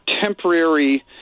temporary